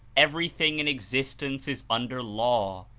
every thing in existence is under law,